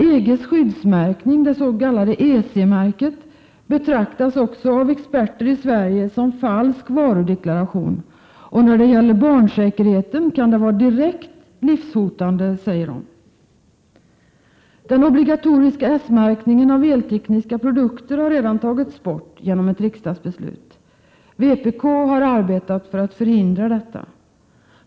EG:s skyddsmärkning, det s.k. EC-märket, betraktas också av experter i Sverige som falsk varudeklaration, och när det gäller barnsäkerheten kan det vara direkt livshotande, säger de. Den obligatoriska s-märkningen av eltekniska produkter har redan tagits bort genom ett riksdagsbeslut. Vpk har arbetat för att förhindra detta.